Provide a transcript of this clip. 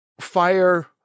fire